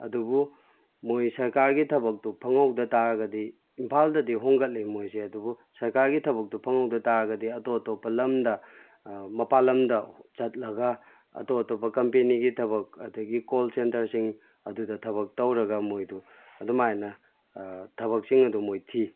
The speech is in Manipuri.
ꯑꯗꯨꯕꯨ ꯃꯣꯏ ꯁꯔꯀꯥꯔꯒꯤ ꯊꯕꯛꯇꯨ ꯐꯪꯍꯧꯗ ꯇꯥꯔꯒꯗꯤ ꯏꯝꯐꯥꯜꯗꯗꯤ ꯍꯣꯡꯒꯠꯂꯦ ꯃꯣꯏꯁꯤ ꯑꯗꯨꯕꯨ ꯁꯔꯀꯥꯔꯒꯤ ꯊꯕꯛꯇꯨ ꯐꯪꯍꯧꯗ ꯇꯥꯔꯒꯗꯤ ꯑꯇꯣꯞ ꯑꯇꯣꯞꯄ ꯂꯝꯗ ꯃꯄꯥꯟ ꯂꯝꯗ ꯆꯠꯂꯒ ꯑꯇꯣꯞ ꯑꯇꯣꯞꯄ ꯀꯝꯄꯦꯅꯤꯒꯤ ꯊꯕꯛ ꯑꯗꯒꯤ ꯀꯣꯜ ꯁꯦꯟꯇꯔꯁꯤꯡ ꯑꯗꯨꯗ ꯊꯕꯛ ꯇꯧꯔꯒ ꯃꯣꯏꯗꯨ ꯑꯗꯨꯃꯥꯏꯅ ꯊꯕꯛꯁꯤꯡ ꯑꯗꯨ ꯃꯣꯏ ꯊꯤ